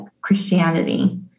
Christianity